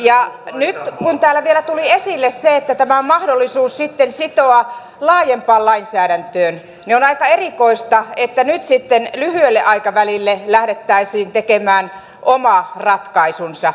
nyt kun täällä vielä tuli esille se että tämä on mahdollista sitten sitoa laajempaan lainsäädäntöön niin on aika erikoista että nyt sitten lyhyelle aikavälille lähdettäisiin tekemään oma ratkaisunsa